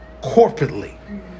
corporately